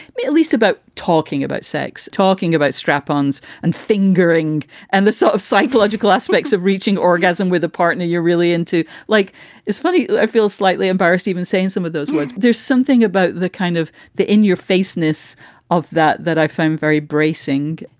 at least about talking about sex. talking about strap ons and fingering and the sort of psychological aspects of reaching orgasm with a partner you're really into. like it's funny. i feel slightly embarrassed even saying some of those words. there's something about the kind of the in your face ness of that that i find very bracing.